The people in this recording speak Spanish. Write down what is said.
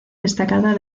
destacada